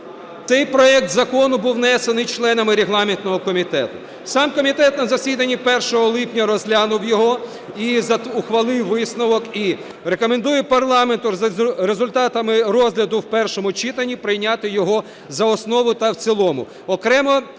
Цей проект закону був внесений членами регламентного комітету. Сам комітет на засіданні 1 липня розглянув його і ухвалив висновок. І рекомендує парламенту за результатами розгляду в першому читання прийняти його за основу та в цілому.